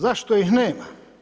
Zašto ih nema?